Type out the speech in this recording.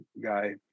guy